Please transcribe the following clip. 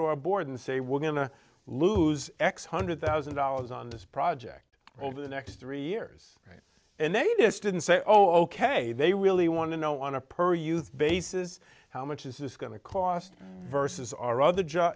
our board and say we're going to lose x hundred thousand dollars on this project over the next three years and they just didn't say oh ok they really want to know on a per use bases how much is this going to cost versus our other job